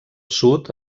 sud